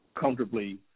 comfortably